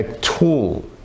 tool